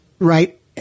right